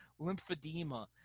lymphedema